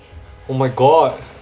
oh my god